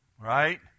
right